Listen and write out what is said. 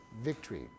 victory